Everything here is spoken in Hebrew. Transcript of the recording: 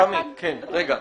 תמי רגע.